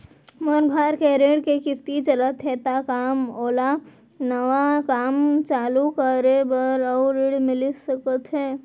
मोर घर के ऋण के किसती चलत हे ता का मोला नवा काम चालू करे बर अऊ ऋण मिलिस सकत हे?